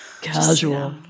Casual